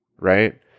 right